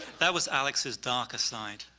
that was alex's darker side.